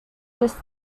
this